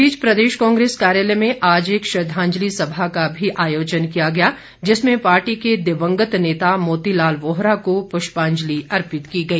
इस बीच प्रदेश कांग्रेस कार्यालय में आज एक श्रद्वांजलि सभा का भी आयोजन किया गया जिसमें पार्टी के दिवंगत नेता मोती लाल वोहरा को पुष्पांजलि अर्पित की गई